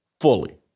fully